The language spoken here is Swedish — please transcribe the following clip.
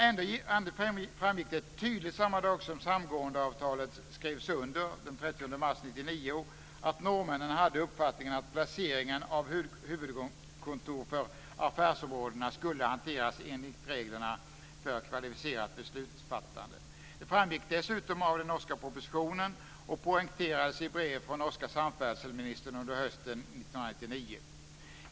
Ändå framgick det tydligt samma dag som samgåendeavtalet skrevs under, den 30 mars 1999, att norrmännen hade uppfattningen att placeringen av huvudkontor för affärsområdena skulle hanteras enligt reglerna för kvalificerat beslutsfattande. Det framgick dessutom av den norska propositionen och poängterades i brev från norska samferdselministern under hösten 1999.